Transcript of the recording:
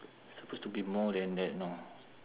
supposed to be more than that know